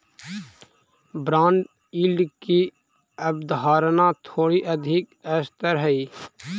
bond yield की अवधारणा थोड़ी अधिक स्तर हई